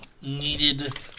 needed